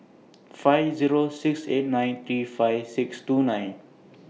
five Zero six eight nine three five six two nine